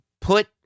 put